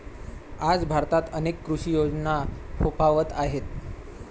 आज भारतात अनेक कृषी योजना फोफावत आहेत